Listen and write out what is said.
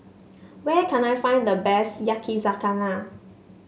where can I find the best Yakizakana